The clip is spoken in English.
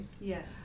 Yes